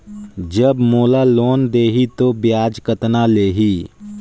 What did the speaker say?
जब मोला लोन देही तो ब्याज कतना लेही?